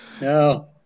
no